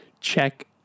Check